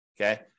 Okay